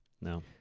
No